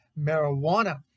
marijuana